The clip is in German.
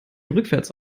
rückwärts